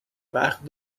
وقت